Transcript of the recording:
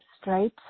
straight